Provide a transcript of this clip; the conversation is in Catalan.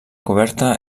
coberta